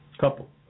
Couple